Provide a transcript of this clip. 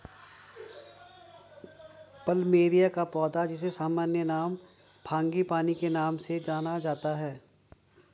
plumeria का पौधा, जिसे सामान्य नाम फ्रांगीपानी के नाम से भी जाना जाता है